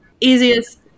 easiest